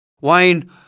Wayne